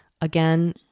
Again